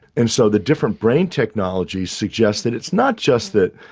and so the different brain technologies suggest that it's not just that,